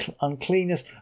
uncleanness